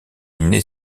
naît